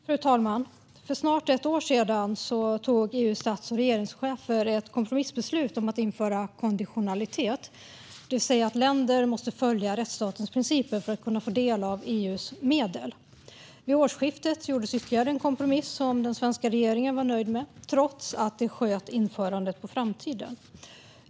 Fru talman! För snart ett år sedan tog EU:s stats och regeringschefer ett kompromissbeslut om att införa konditionalitet, det vill säga att länder måste följa rättsstatens principer för att få del av EU:s medel. Vid årsskiftet gjordes ytterligare en kompromiss, som den svenska regeringen var nöjd med trots att införandet sköts på framtiden.